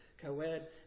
co-ed